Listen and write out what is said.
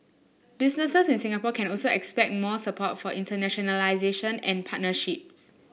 businesses in Singapore can also expect more support for internationalisation and partnerships